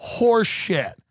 horseshit